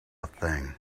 thing